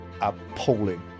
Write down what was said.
appalling